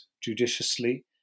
judiciously